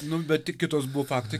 nu bet tik kitos buvo faktai